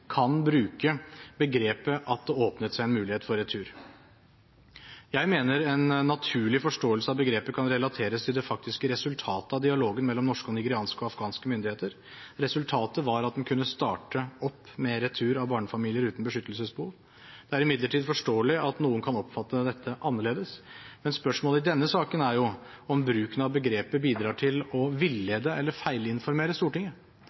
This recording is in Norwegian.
mulighet» for retur. Jeg mener en naturlig forståelse av begrepet kan relateres til det faktiske resultatet av dialogen mellom norske og nigerianske og afghanske myndigheter. Resultatet var at en kunne starte opp med retur av barnefamilier uten beskyttelsesbehov. Det er imidlertid forståelig at noen kan oppfatte dette annerledes, men spørsmålet i denne saken er om bruken av begrepet bidrar til å villede eller feilinformere Stortinget.